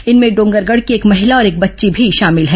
इनमें डोंगरगढ की एक महिला और एक बच्ची भी शामिल हैं